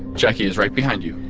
jacki is right behind you.